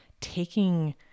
taking